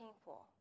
painful